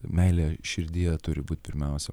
meilė širdyje turi būt pirmiausia